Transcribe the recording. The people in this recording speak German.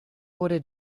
wurde